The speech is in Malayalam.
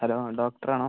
ഹലോ ഡോക്ടർ ആണോ